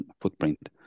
footprint